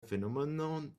phenomenon